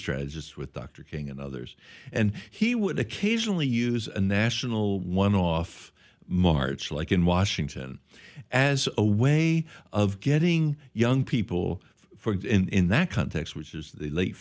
strategist with dr king and others and he would occasionally use a national one off march like in washington as a way of getting young people for in that context which is the late